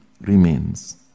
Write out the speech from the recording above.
remains